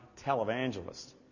televangelists